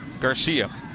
Garcia